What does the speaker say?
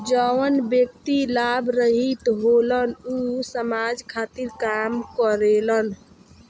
जवन व्यक्ति लाभ रहित होलन ऊ समाज खातिर काम करेलन